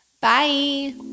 Bye